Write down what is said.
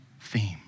theme